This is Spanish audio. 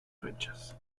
fechas